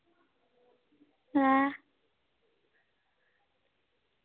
है